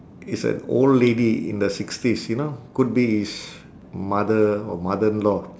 is an old lady in the sixties you know could be his mother or mother-in-law